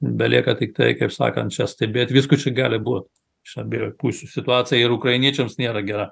belieka tiktai kaip sakant čia stebėt visko čia gali būt iš abiejų pusių situacija ir ukrainiečiams nėra gera